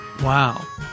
Wow